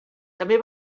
també